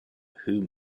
whom